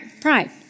pride